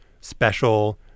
special